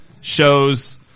shows